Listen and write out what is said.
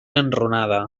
enrunada